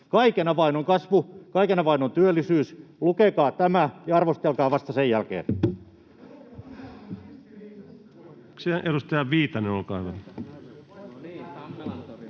Kaiken avain on kasvu, kaiken avain on työllisyys. Lukekaa tämä ja arvostelkaa vasta sen jälkeen.